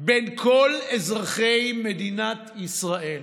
בין כל אזרחי מדינת ישראל,